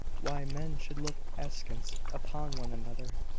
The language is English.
why men should look askance upon one another,